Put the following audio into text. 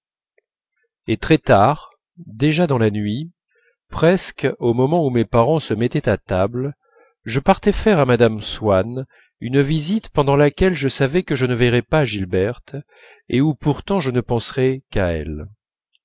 très tard déjà dans la nuit presque au moment où mes parents se mettaient à table je partais faire à mme swann une visite pendant laquelle je savais que je ne verrais pas gilberte et où pourtant je ne penserais qu'à elle